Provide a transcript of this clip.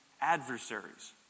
adversaries